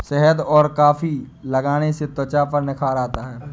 शहद और कॉफी लगाने से त्वचा पर निखार आता है